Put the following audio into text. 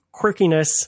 quirkiness